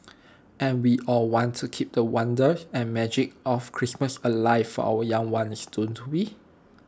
and we all want to keep the wonder and magic of Christmas alive for our young ones don't we